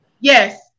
Yes